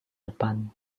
depan